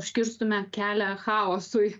užkirstume kelią chaosui